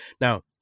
now